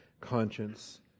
conscience